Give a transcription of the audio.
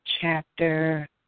chapter